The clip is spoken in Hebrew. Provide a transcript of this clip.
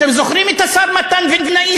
אתם זוכרים את שר הספורט מתן וילנאי?